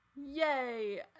Yay